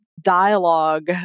dialogue